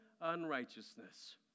unrighteousness